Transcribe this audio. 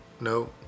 No